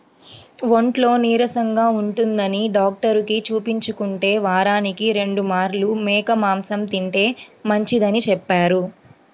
ఒంట్లో నీరసంగా ఉంటందని డాక్టరుకి చూపించుకుంటే, వారానికి రెండు మార్లు మేక మాంసం తింటే మంచిదని చెప్పారు